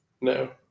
No